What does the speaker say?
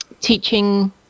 Teaching